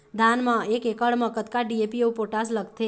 धान म एक एकड़ म कतका डी.ए.पी अऊ पोटास लगथे?